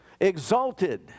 Exalted